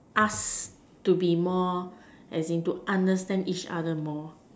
us to be more as in to understand each other more